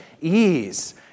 ease